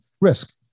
risk